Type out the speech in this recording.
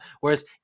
Whereas